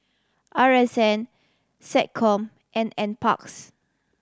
R S N SecCom and Nparks